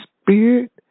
Spirit